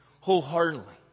wholeheartedly